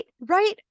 right